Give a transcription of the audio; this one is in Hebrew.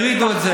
שיורידו את זה.